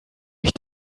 ich